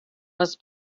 was